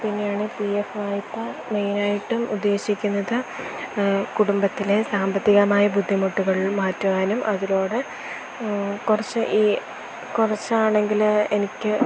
പിന്നെയാണ് P F വായ്പ മെയ്നായിട്ടും ഉദ്ദേശിക്കുന്നത് കുടുംബത്തിലെ സാമ്പത്തികമായ ബുദ്ധിമുട്ടുകൾ മാറ്റുവാനും അതിലൂടെ കുറച്ച് ഈ കുറച്ചാണെങ്കില് എനിക്ക്